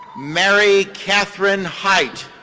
mary catherine hight.